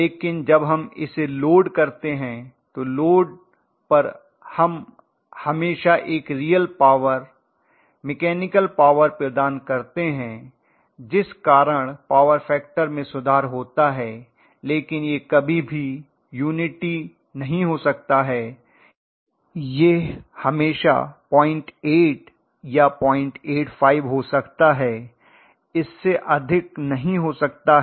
लेकिन जब हम इसे लोड करते हैं तो लोड पर हम हमेशा एक रियल पॉवर मैकेनिकल पॉवर प्रदान करते हैं जिस कारण पावर फैक्टर में सुधार होता है लेकिन यह कभी भी यूनिटी नहीं हो सकता है यह हमेशा 08 या 085 हो सकता है इससे अधिक नहीं हो सकता है